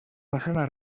façana